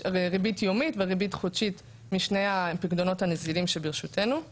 ריבית יומית וריבית חודשית משני הפיקדונות הנזילים שברשות הקרן,